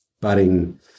budding